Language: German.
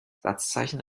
satzzeichen